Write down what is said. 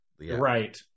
right